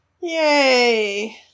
Yay